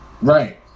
Right